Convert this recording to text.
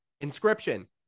Inscription